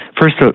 First